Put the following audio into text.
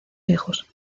hijos